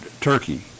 turkey